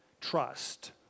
trust